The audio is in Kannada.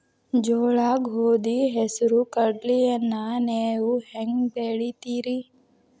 ಜೋಳ, ಗೋಧಿ, ಹೆಸರು, ಕಡ್ಲಿಯನ್ನ ನೇವು ಹೆಂಗ್ ಬೆಳಿತಿರಿ?